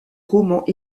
romans